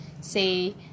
say